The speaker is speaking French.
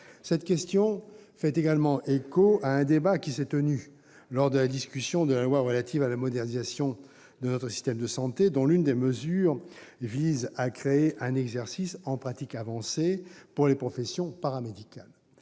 Cette question fait également écho à un débat qui s'est tenu lors de la discussion de la loi de modernisation de notre système de santé, dont l'une des mesures vise à créer un exercice en pratique avancée pour les professions paramédicales.